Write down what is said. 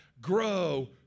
grow